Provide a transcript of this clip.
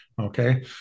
okay